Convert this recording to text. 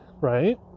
right